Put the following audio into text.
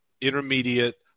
intermediate